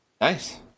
nice